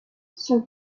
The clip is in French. son